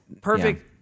perfect